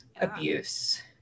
abuse